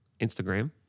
Instagram